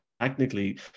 technically